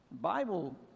Bible